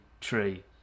tree